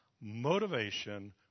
motivation